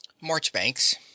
Marchbanks